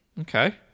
Okay